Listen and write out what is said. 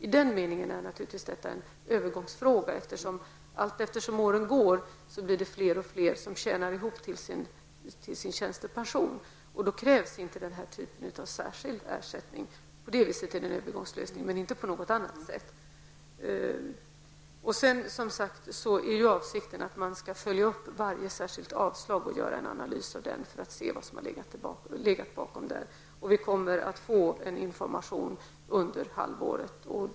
I den meningen är detta naturligtvis en övergångsfråga, eftersom fler och fler allteftersom åren går tjänar ihop till sin tjänstepension, och då krävs inte den här typen av särskild ersättning. På det viset är detta en övergångslösning men inte på något annat sätt. Avsikten är också att riksförsäkringsverket skall följa upp varje särskilt avslag och göra en analys av den för att ta reda på vad som legat bakom avslaget. Vi kommer under det första halvåret att få information.